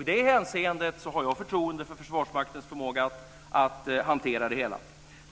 I det hänseendet har jag förtroende för Försvarsmaktens förmåga att hantera det hela.